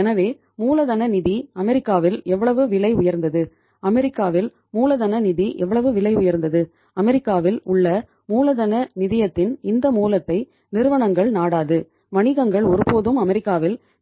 எனவே மூலதன நிதி அமெரிக்காவில்